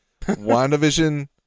wandavision